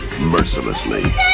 mercilessly